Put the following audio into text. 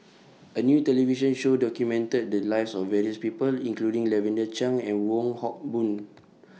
A New television Show documented The Lives of various People including Lavender Chang and Wong Hock Boon